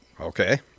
Okay